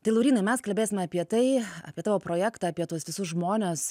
tai laurynai mes kalbėsime apie tai apie tavo projektą apie tuos visus žmones